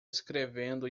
escrevendo